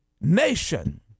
nation